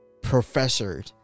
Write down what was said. professor